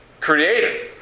creator